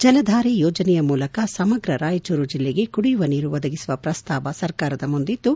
ಜಲಧಾರೆ ಯೋಜನೆಯ ಮೂಲಕ ಸಮಗ್ರ ರಾಯಚೂರು ಜೆಲ್ಲೆಗೆ ಕುಡಿಯುವ ನೀರು ಒದಗಿಸುವ ಪ್ರಸ್ತಾವ ಸರ್ಕಾರದ ಮುಂದಿದ್ದು